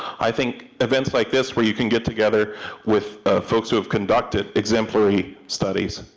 i think events like this where you can get together with folks who have conducted exemplary studies,